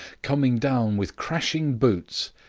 coming down with crashing boots,